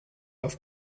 auf